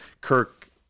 Kirk